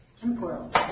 temporal